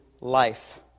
life